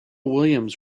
williams